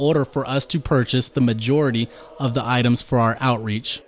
order for us to purchase the majority of the items for our outreach